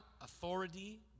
authority